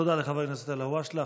תודה לחבר הכנסת אלהואשלה.